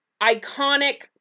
iconic